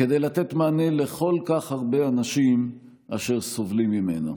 כדי לתת מענה לכל כך הרבה אנשים אשר סובלים ממנה.